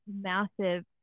massive